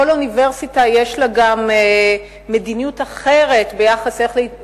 כל אוניברסיטה יש לה מדיניות אחרת כיצד